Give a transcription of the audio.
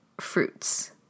fruits